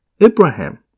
Abraham